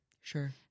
Sure